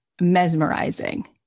mesmerizing